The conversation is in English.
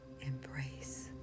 embrace